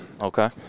Okay